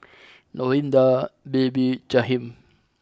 Lorinda Baby Jahiem